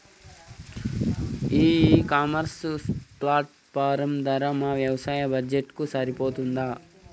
ఈ e commerce platform ధర మా వ్యవసాయ బడ్జెట్ కు సరిపోతుందా?